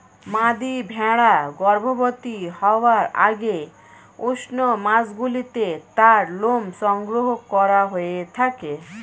মাদী ভেড়া গর্ভবতী হওয়ার আগে উষ্ণ মাসগুলিতে তার লোম সংগ্রহ করা হয়ে থাকে